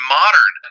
modern